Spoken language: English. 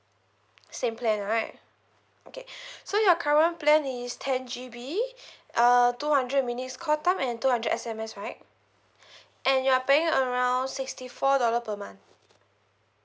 same plan right okay so your current plan is ten G_B uh two hundred minutes call time and two hundred S_M_S right and you're paying around sixty four dollar per month